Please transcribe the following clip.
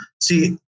see